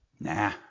Nah